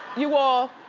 you all,